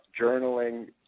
Journaling